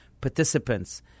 participants